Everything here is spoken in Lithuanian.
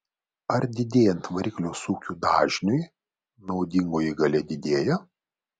ar didėjant variklio sūkių dažniui naudingoji galia didėja